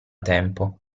tempo